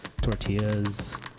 Tortillas